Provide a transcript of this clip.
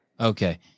okay